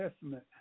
Testament